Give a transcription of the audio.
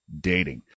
dating